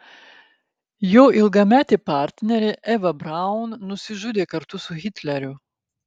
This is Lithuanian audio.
jo ilgametė partnerė eva braun nusižudė kartu su hitleriu